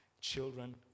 children